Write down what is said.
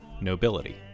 nobility